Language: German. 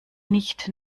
nicht